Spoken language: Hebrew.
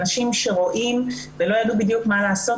אנשים שרואים ולא ידעו בדיוק מה לעשות